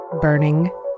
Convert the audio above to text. Burning